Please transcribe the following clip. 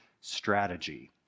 strategy